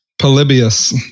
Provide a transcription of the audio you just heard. Polybius